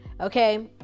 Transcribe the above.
okay